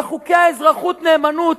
וחוקי האזרחות-נאמנות,